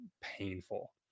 painful